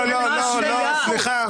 סליחה.